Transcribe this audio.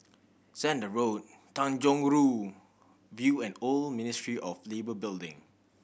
Zehnder Road Tanjong Rhu View and Old Ministry of Labour Building